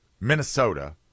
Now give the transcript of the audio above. Minnesota